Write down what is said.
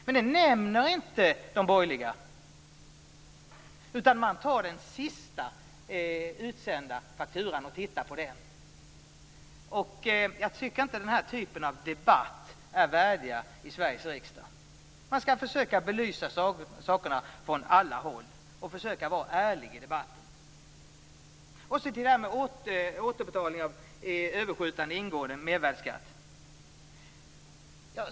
Men det nämner inte de borgerliga, utan de tar den sist utsända fakturan och tittar på den. Jag tycker inte att den typen av debatt är värdig Sveriges riksdag. Man skall försöka belysa sakerna från alla håll och försöka vara ärlig i debatten. Sedan går jag över till återbetalningen av överskjutande ingående mervärdesskatt.